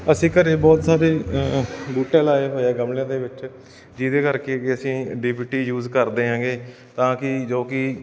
ਅਸੀਂ ਘਰ ਬਹੁਤ ਸਾਰੇ ਬੂਟੇ ਲਾਏ ਹੋਏ ਆ ਗਮਲਿਆਂ ਦੇ ਵਿੱਚ ਜਿਹਦੇ ਕਰਕੇ ਕਿ ਅਸੀਂ ਡੀ ਪੀ ਟੀ ਯੂਜ਼ ਕਰਦੇ ਐਂਗੇ ਤਾਂ ਕਿ ਜੋ ਕਿ